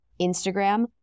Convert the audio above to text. Instagram